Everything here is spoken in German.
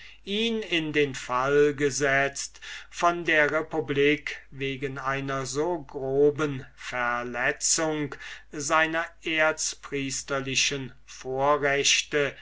ihn in den fall gesetzt von der republik wegen einer so groben verletzung seiner erzpriesterlichen vorrechte